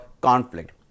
conflict